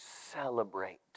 celebrate